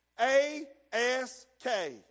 A-S-K